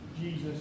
Jesus